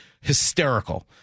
Hysterical